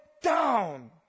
down